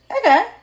Okay